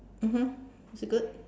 mmhmm is it good